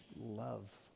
love